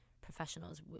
professionals